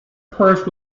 purse